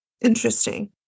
Interesting